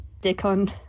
Dickon